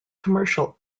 commercial